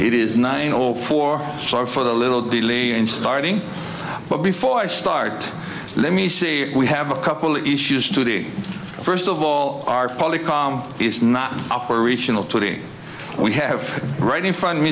it is nine all four charts for the little delay in starting but before i start let me see we have a couple of issues to the first of all our policy is not operational today we have right in front of me